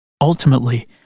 Ultimately